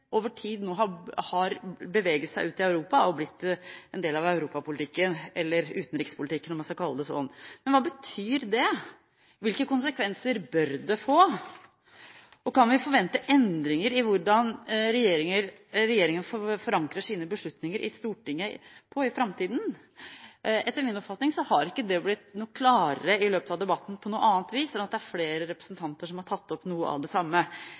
over tid nå har beveget seg ut i Europa og blitt en del av europapolitikken, eller utenrikspolitikken, om man skal kalle det det. Men hva betyr det? Hvilke konsekvenser bør det få? Kan vi forvente endringer i hvordan regjeringen forankrer sine beslutninger i Stortinget i framtiden? Etter min oppfatning har ikke det blitt noe klarere i løpet av debatten på noe annet vis enn at det er flere representanter som har tatt opp noe av det samme.